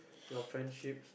your friendship